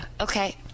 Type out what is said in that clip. okay